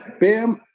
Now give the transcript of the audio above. Bam